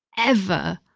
ever,